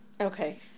Okay